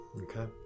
okay